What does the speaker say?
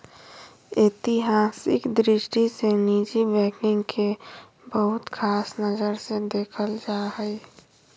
ऐतिहासिक दृष्टि से निजी बैंकिंग के बहुत ख़ास नजर से देखल जा हइ